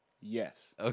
yes